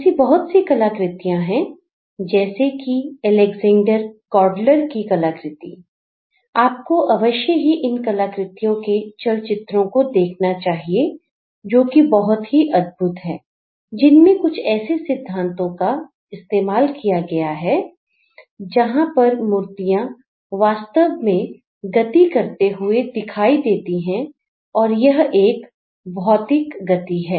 ऐसी बहुत सी कलाकृतियां हैं जैसे कि अलेक्जेंडर काल्डर की कलाकृतिआपको अवश्य ही इन कलाकृतियों के चल चित्रों को देखना चाहिए जो की बहुत ही अद्भुत है जिनमें कुछ ऐसे सिद्धांतों का इस्तेमाल किया गया है जहां पर मूर्तियां वास्तव में गति करते हुए दिखाई देती हैं और यह एक भौतिक गति है